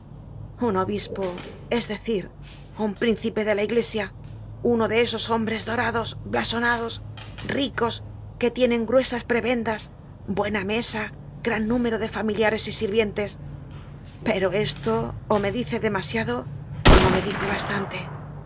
un obispo es decir un príncipe de la iglesia uno de esos hombres dorados blasonados ricos que tienen gruesas prebendas buena mesa gran número de familiares y sirvientes pero esto ó me dice demasiada ó no me dice bastante